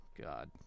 God